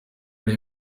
ari